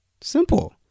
Simple